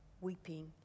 weeping